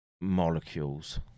molecules